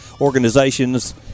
organizations